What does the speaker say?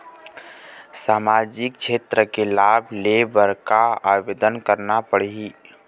सामाजिक क्षेत्र के लाभ लेहे बर का आवेदन करना पड़ही?